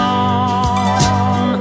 on